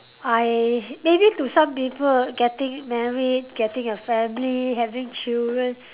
I maybe to some people getting married getting a family having children